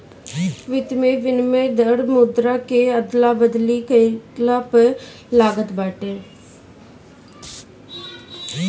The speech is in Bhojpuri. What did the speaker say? वित्त में विनिमय दर मुद्रा के अदला बदली कईला पअ लागत बाटे